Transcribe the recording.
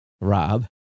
Rob